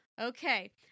okay